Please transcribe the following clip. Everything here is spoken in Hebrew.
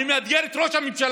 אני מאתגר את ראש הממשלה,